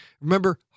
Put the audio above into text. Remember